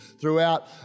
throughout